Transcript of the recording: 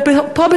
ופה,